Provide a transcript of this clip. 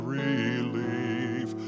relief